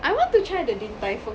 I want to try the Din Tai Fung